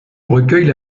recueille